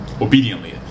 Obediently